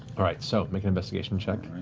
all right, so make an investigation check,